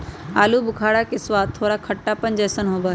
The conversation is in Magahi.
आलू बुखारा के स्वाद थोड़ा खट्टापन जयसन होबा हई